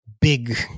big